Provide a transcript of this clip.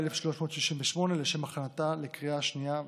מ/1368, לשם הכנתה לקריאה השנייה והשלישית.